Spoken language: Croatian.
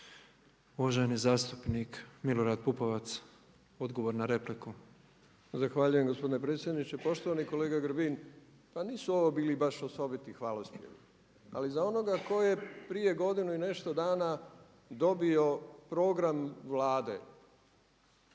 Uvaženi zastupnik Milorad Pupovac, odgovor na repliku. **Pupovac, Milorad (SDSS)** Zahvaljujem gospodine predsjedniče. Poštovani kolega Grbin, pa nisu ovo bili baš osobiti hvalospjevi ali za onoga tko je prije godinu i nešto dana dobio program Vlade